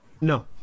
No